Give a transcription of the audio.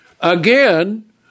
Again